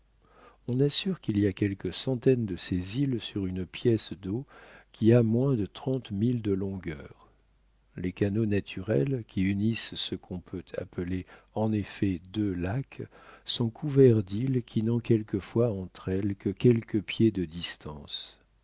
on assure qu'il y a quelques centaines de ces îles sur une pièce d'eau qui a moins de trente milles de longueur les canaux naturels qui unissent ce qu'on peut appeler en effet deux lacs sont couverts d'îles qui n'ont quelquefois entre elles que quelques pieds de distance